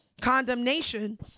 condemnation